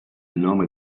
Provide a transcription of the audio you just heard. nome